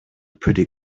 pretty